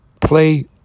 play